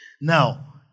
Now